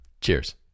Cheers